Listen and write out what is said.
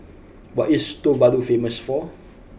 what is Tuvalu famous for